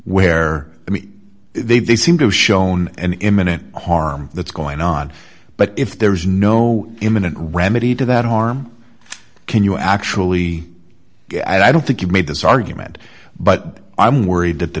where i mean they seem to shown an imminent harm that's going on but if there is no imminent remedy to that harm can you actually get i don't think you made this argument but i'm worried that the